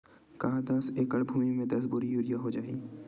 का दस एकड़ भुमि में दस बोरी यूरिया हो जाही?